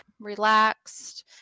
Relaxed